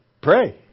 pray